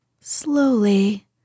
slowly